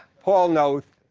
paul noth.